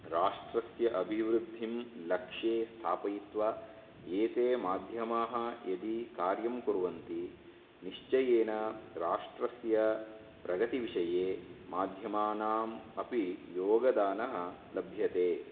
राष्ट्रस्य अभिवृद्धिं लक्ष्ये स्थापयित्वा एते माध्यमाः यदि कार्यं कुर्वन्ति निश्चयेन राष्ट्रस्य प्रगतिविषये माध्यमानाम् अपि योगदानं लभ्यते